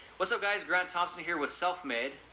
what's up guys, grant thompson here with self made.